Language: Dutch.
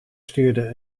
stuurde